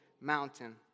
mountain